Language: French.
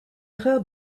erreur